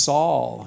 Saul